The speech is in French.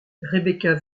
rebecca